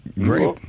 Great